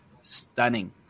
stunning